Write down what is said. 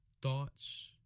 thoughts